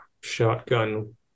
Shotgun